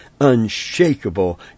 unshakable